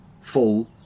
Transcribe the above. full